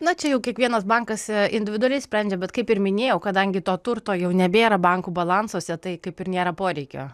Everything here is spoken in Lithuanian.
na čia jau kiekvienas bankas individualiai sprendžia bet kaip ir minėjau kadangi to turto jau nebėra bankų balansuose tai kaip ir nėra poreikio